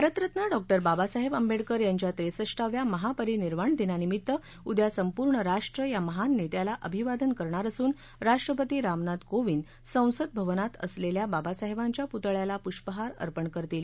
भारतरत्न डॉ बाबासाहेब आंबेडकर यांच्या त्रेसष्टाव्या महापरिनिर्वाणदिनानिमित्त उद्या संपूर्ण राष्ट्र या महान नेत्याला अभिवादन करणार असून राष्ट्रपती रामनाथ कोविंद संसदभवनात असलेल्या बाबासाहेबांच्या पुतळयाला पुष्पहार अर्पण करतील